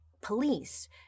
police